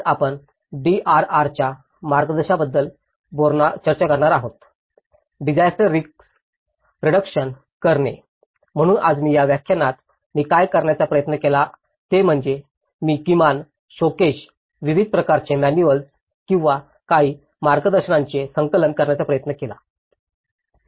आज आपण डीआरआरच्या मार्गदर्शनाबद्दल चर्चा करणार आहोत डिसायस्टर रिस्क रिडक्शन करणे म्हणून आज मी या व्याख्यानात मी काय करण्याचा प्रयत्न केला ते म्हणजे मी किमान शोकेस विविध प्रकारचे मॅनुअल्स किंवा काही मार्गदर्शनाचे संकलन करण्याचा प्रयत्न केला